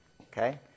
Okay